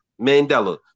Mandela